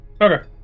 Okay